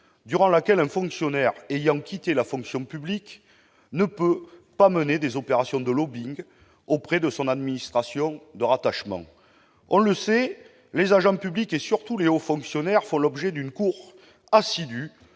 durant laquelle un fonctionnaire ayant quitté la fonction publique ne peut pas mener des opérations de lobbying auprès de son administration de rattachement. On le sait, les agents publics, et surtout les hauts fonctionnaires, font l'objet d'une cour assidue,